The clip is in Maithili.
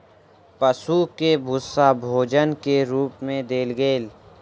पशु के भूस्सा भोजन के रूप मे देल गेल